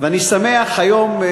ואני שמח, היום,